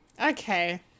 okay